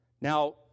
Now